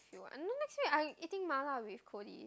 if you want no next week I eating Mala with Cody